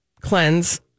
cleanse